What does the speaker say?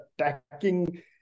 attacking